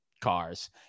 cars